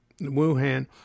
Wuhan